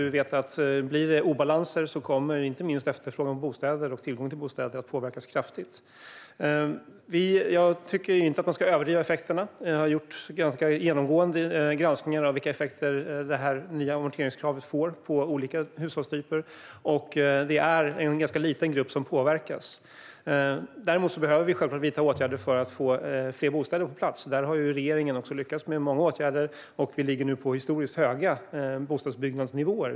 Vi vet att om det blir obalanser kommer inte minst efterfrågan på bostäder och tillgången till bostäder att påverkas kraftigt. Jag tycker inte att man ska överdriva effekterna. Vi har gjort ganska genomgående granskningar av vilka effekter det nya amorteringskravet får på olika hushållstyper. Det är en ganska liten grupp som påverkas. Däremot behöver vi självklart vidta åtgärder för att få fler bostäder på plats. Där har regeringen lyckats med många åtgärder. Vi ligger nu på historiskt höga bostadsbyggnadsnivåer.